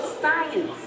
science